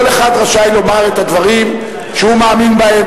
כל אחד רשאי לומר את הדברים שהוא מאמין בהם.